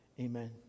amen